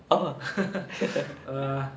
err